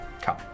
come